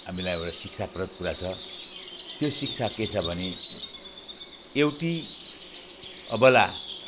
हामीलाई एउटा शिक्षाप्रद कुरा छ त्यो शिक्षा के छ भने एउटी अबला